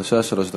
בבקשה, שלוש דקות.